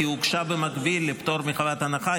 כי היא הוגשה במקביל לפטור מחובת הנחה.